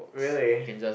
really